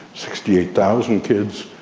sixty eight thousand kids,